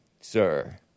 sir